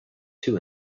two